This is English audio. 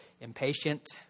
impatient